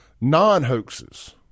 non-hoaxes